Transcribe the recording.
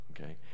Okay